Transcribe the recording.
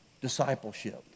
discipleship